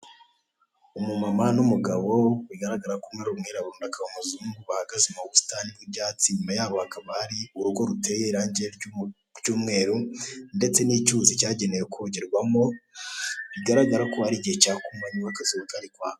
Umumama n'umugabo bigaragara ko umwe ari umwirabura undi akaba umuzungu bahagaze mu busitani bw'ibyatsi, inyuma yabo hakaba hari urugo ruteye irange ry'umweru ndetse n'icyuzi cyagenewe kogerwamo bigaragara ko ari igihe cya kumanywa akazuba kari kwaka.